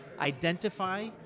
identify